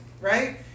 right